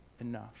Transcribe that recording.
enough